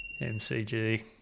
MCG